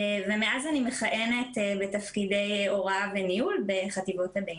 ומאז אני מכהנת בתפקידי הוראה וניהול בחטיבות הביניים.